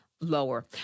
lower